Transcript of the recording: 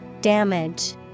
Damage